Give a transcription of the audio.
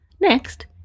Next